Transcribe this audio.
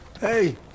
Hey